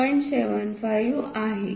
75आहे